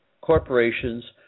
corporations